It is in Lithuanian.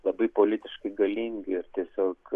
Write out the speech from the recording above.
labai politiškai galingi ir tiesiog